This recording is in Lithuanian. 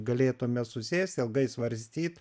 galėtume susėsti ilgai svarstyt